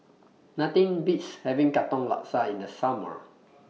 Nothing Beats having Katong Laksa in The Summer